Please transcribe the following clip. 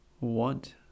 want